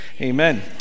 amen